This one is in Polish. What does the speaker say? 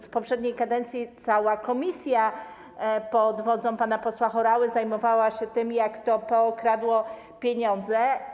W poprzedniej kadencji cała komisja pod wodzą pana posła Horały zajmowała się tym, jak to PO kradło pieniądze.